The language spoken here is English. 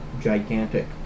gigantic